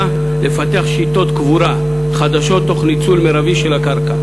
לפתח שיטות קבורה חדשות תוך ניצול מרבי של הקרקע,